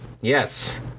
Yes